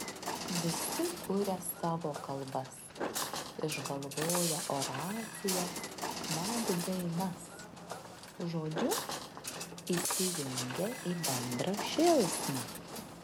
visi kuria savo kalbas išgalvoję oracijas net dainas žodžiu įsijungia į bendrą šėlsmą